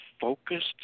focused